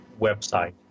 website